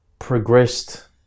Progressed